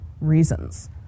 reasons